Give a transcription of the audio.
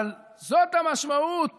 אבל זאת המשמעות